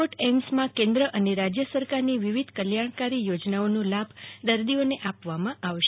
રાજકોટ એઈમ્સમાં કેન્દ્ર તેમજ રાજ્ય સરકારની વીવિધ કલ્યાણકારી યોજનાઓનો લાભ દર્દીઓને આપવામાં આવશે